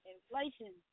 Inflation